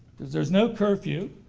because there's no curfew,